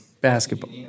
basketball